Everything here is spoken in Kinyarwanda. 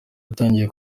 watangiye